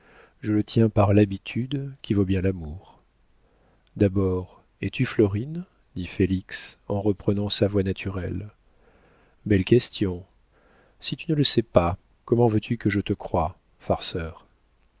je le tiens par l'habitude qui vaut bien l'amour d'abord es-tu florine dit félix en reprenant sa voix naturelle belle question si tu ne le sais pas comment veux-tu que je te croie farceur